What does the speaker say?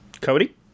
Cody